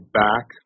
back